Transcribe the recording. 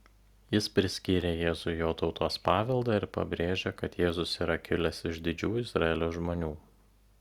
jis priskyrė jėzui jo tautos paveldą ir pabrėžė kad jėzus yra kilęs iš didžių izraelio žmonių